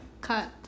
cut